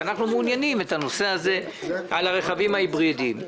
שאנחנו מעוניינים לקדם את הנושא הזה של הרכבים ההיברידיים.